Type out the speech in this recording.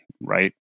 right